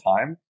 time